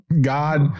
God